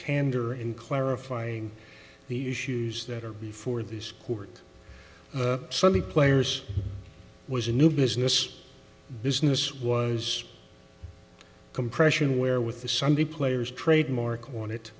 candor in clarifying the issues that are before this court sunday players was a new business business was compression where with the sunday players trademark when it